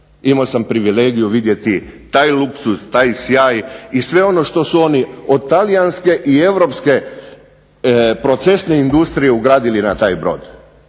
Imao sam privilegiju vidjeti taj luksuz, taj sjaj i sve ono što su oni od talijanske i europske procesne industrije ugradili na taj brod.